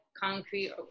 concrete